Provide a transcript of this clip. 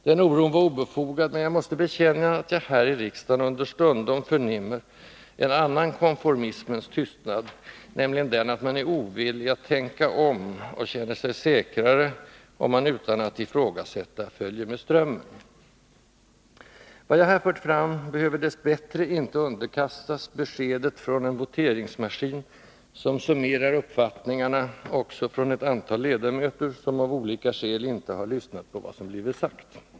Den oron var obefogad, men jag måste bekänna att jag här i riksdagen understundom förnimmer en annan ”konformismens tystnad”, nämligen den att man är ovillig att tänka om och känner sig säkrare om man utan att ifrågasätta följer med strömmen. Vad jag här fört fram behöver dess bättre inte underkastas beskedet från en voteringsmaskin, som summerar uppfattningarna också från ett antal ledamöter som av olika skäl inte har lyssnat på vad som blivit sagt.